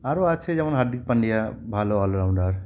আরও আছে যেমন হার্দিক পাণ্ডিয়া ভালো অলরাউন্ডার